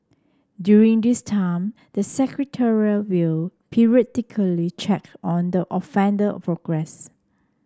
during this time the Secretariat will periodically check on the offender progress